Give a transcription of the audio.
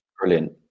brilliant